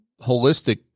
holistic